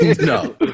no